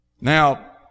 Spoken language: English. Now